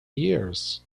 years